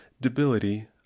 debility